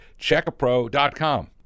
Checkapro.com